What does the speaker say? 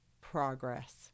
progress